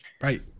Right